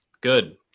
good